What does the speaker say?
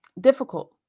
difficult